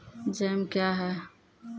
Jam क्या हैं?